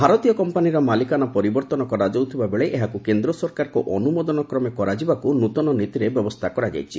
ଭାରତୀୟ କମ୍ପାନିର ମାଲିକାନା ପରିବର୍ତ୍ତନ କରାଯାଉଥିବା ବେଳେ ଏହାକୁ କେନ୍ଦ୍ର ସରକାରଙ୍କ ଅନୁମୋଦନ କ୍ରମେ କରାଯିବାକୁ ନୃତନ ନୀତିରେ ବ୍ୟବସ୍ଥା କରାଯାଇଛି